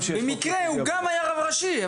--- במקרה הוא גם היה רב ראשי,